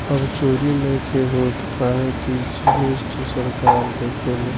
अब चोरी नइखे होत काहे की जी.एस.टी सरकार देखेले